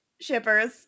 shippers